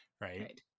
right